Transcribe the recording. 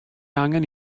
angen